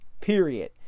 period